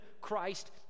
Christ